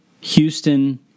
Houston